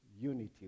unity